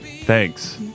Thanks